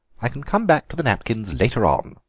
i can come back to the napkins later on.